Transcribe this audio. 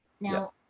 Now